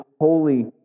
holy